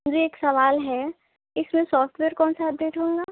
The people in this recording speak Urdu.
جی ایک سوال ہے اِس میں سافٹ ویئر کون سا اَپ ڈیٹ ہوگا